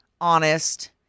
honest